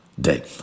day